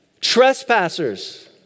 trespassers